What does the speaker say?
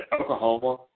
Oklahoma